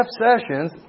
Sessions